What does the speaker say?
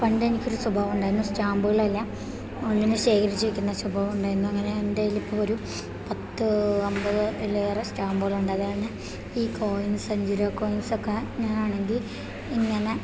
പണ്ടെനിക്കൊരു സ്വഭാവം ഉണ്ടായിരുന്നു സ്റ്റാമ്പുകളെല്ലാം ഒന്നിൽ ശേഖരിച്ച് വെക്കുന്ന സ്വഭാവം ഉണ്ടായിരുന്നു അങ്ങനെ എൻ്റെ കയ്യിലിപ്പം ഒരു പത്ത് അൻപതിലേറെ സ്റ്റാമ്പുകളുണ്ട് അതാണേൽ ഈ കോയിൻസ് അഞ്ചുരൂപ കോയിൻസൊക്കെ ഞാനാണെങ്കിൽ ഇങ്ങനെ